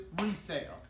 resale